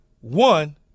One